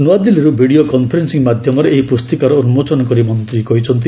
ନୂଆଦିଲ୍ଲୀରୁ video conferencing ମାଧ୍ୟମରେ ଏହି ପୁସ୍ତିକାର ଉନ୍ମୋଚନ କରି ମନ୍ତ୍ରୀ କହିଛନ୍ତି